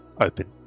open